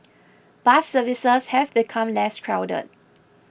bus services have become less crowded